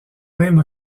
même